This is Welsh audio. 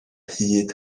hyd